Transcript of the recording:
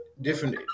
different